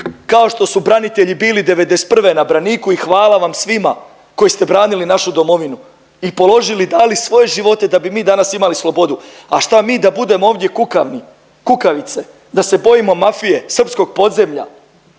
kao što su branitelji bili '91. na braniku i hvala vam svima koji ste branili našu domovinu i položili, dali svoje živote da bi mi danas imali slobodu. A šta mi da budemo ovdje kukavni, kukavice, da se bojimo mafije, srpskog podzemlja